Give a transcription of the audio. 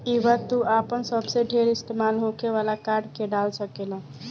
इहवा तू आपन सबसे ढेर इस्तेमाल होखे वाला कार्ड के डाल सकेल